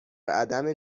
عدم